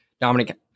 Dominic